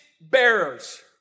bearers